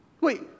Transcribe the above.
Wait